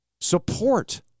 support